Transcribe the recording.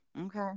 Okay